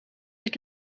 het